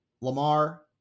Lamar